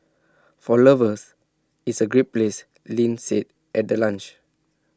for lovers it's A great place Lin said at the launch